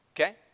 Okay